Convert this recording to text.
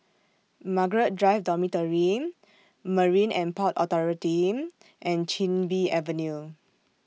Margaret Drive Dormitory Marine and Port Authority and Chin Bee Avenue